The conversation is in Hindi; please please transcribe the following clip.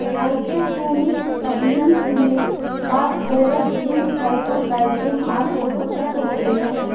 हाइड्रोपोनिक्स तकनीक में फास्फोरस, जिंक, सल्फर, कैल्शयम आदि पोषक तत्व होते है